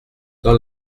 dans